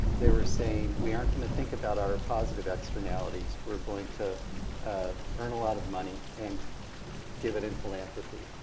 they were saying we aren't gonna think about our positive externalities. we're going to earn a lot of money and given in philanthropy,